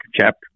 chapter